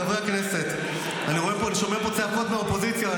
חברי הכנסת, אני שומע פה צעקות מהאופוזיציה.